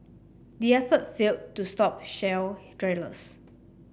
the effort failed to stop shale drillers